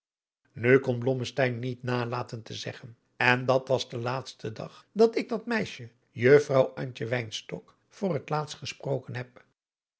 nu kon blommesteyn niet nalaten te zeggen en dat was de laatste dag dat ik dat meisje juffrouw antje wynstok voor het laatste gesproken heb